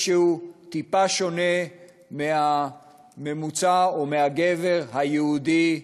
שהוא טיפה שונה מהממוצע או מהגבר היהודי.